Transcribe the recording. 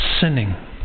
sinning